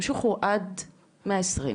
שימשיכו עד מאה עשרים.